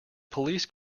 police